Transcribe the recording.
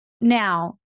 Now